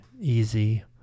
easy